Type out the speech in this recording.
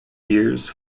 years